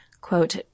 Quote